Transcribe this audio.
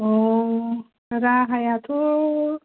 औ राहायाथ'